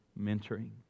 Mentoring